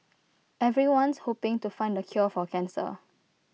everyone's hoping to find the cure for cancer